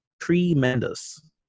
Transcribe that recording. tremendous